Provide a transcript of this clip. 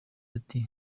ati